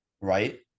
right